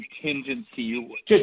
contingency